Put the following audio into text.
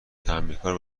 تعمیرکار